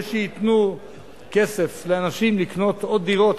זה שייתנו כסף לאנשים לקנות עוד דירות,